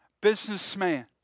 businessman